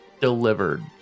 delivered